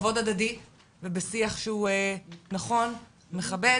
בכבוד הדדי ובשיח שהוא נכון, מכבד